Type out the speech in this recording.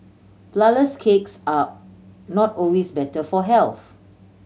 flourless cakes are not always better for health